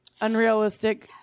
unrealistic